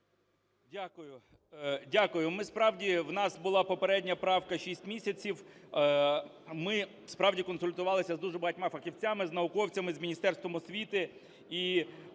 в нас була попередня правка шість місяців. Ми справді консультувалися з дуже багатьма фахівцями, з науковцями, з Міністерством освіти,